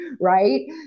Right